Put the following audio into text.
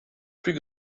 plus